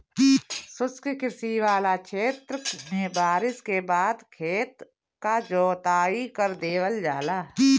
शुष्क कृषि वाला क्षेत्र में बारिस के बाद खेत क जोताई कर देवल जाला